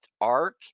arc